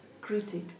critic